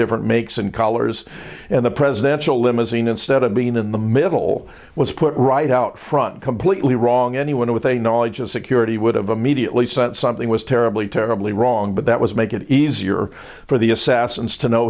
different makes and collars and the presidential limousine instead of being in the middle was put right out front completely wrong anyone with a knowledge of security would have immediately saw that something was terribly terribly wrong but that was make it easier for the assassins to know